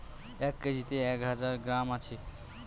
এক কেজিতে এক হাজার গ্রাম আছে